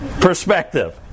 perspective